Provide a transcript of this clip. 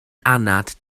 anad